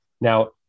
Now